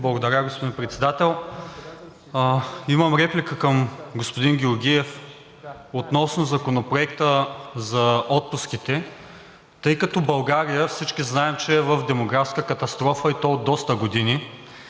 Благодаря, господин Председател. Имам реплика към господин Георгиев относно Законопроекта за отпуските. България, всички знаем, че е в демографска катастрофа, и то от доста години,